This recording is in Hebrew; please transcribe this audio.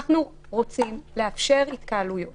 אנחנו רוצים לאפשר התקהלויות